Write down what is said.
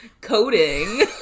coding